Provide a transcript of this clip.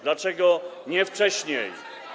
Dlaczego nie wcześniej?